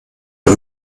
der